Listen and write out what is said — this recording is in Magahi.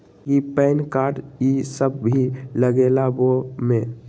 कि पैन कार्ड इ सब भी लगेगा वो में?